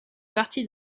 partie